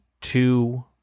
two